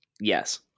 Yes